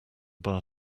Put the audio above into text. bar